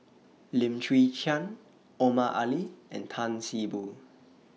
Lim Chwee Chian Omar Ali and Tan See Boo